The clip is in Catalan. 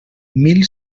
mil